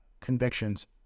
convictions